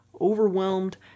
overwhelmed